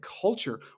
culture